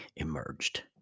emerged